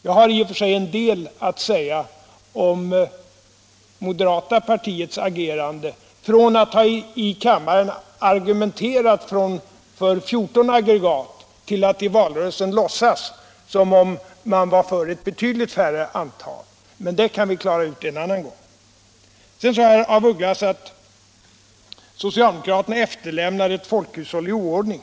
Jag har i och för sig en del att säga om moderata samlingspartiets agerande från att i riksdagen ha argumenterat för 14 aggregat till att i valrörelsen låtsas som om man var för ett betydligt färre antal, men det kan vi klara ut en annan gång. Allmänpolitisk debatt Allmänpolitisk debatt Sedan sade herr af Ugglas att socialdemokraterna efterlämnade ett folkhushåll i oordning.